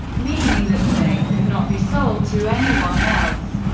meaning that the name could not be sold to anyone else.